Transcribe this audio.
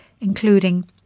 including